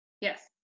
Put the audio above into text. Yes